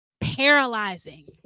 paralyzing